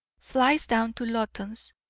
flies down to loton's,